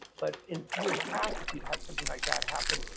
but in years past, if you'd have something like that happen,